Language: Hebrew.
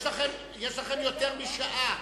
יש לכם יותר משעה